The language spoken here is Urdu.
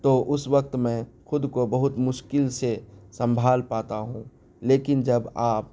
تو اس وقت میں خود کو بہت مشکل سے سنبھال پاتا ہوں لیکن جب آپ